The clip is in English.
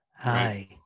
Hi